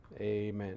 Amen